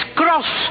cross